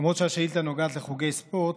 למרות שהשאילתה נוגעת לחוגי ספורט,